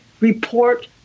report